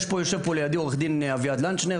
יושב פה לידי עורך-דין אביעד לנצ'נר